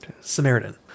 Samaritan